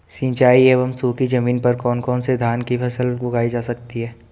सिंचाई एवं सूखी जमीन पर कौन कौन से धान की फसल उगाई जा सकती है?